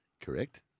Correct